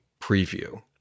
preview